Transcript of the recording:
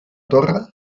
torre